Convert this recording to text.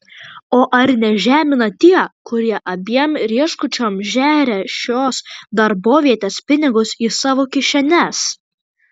o ar nežemina tie kurie abiem rieškučiom žeria šios darbovietės pinigus į savo kišenes